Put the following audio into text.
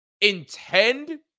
intend